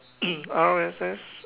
RSS